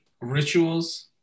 rituals